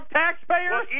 taxpayers